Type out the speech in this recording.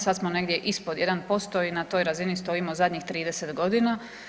Sad smo negdje ispod 1% i na toj razini stojimo zadnjih 30 godina.